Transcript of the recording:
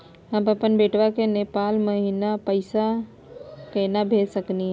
हम अपन बेटवा के नेपाल महिना पैसवा केना भेज सकली हे?